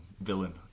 villain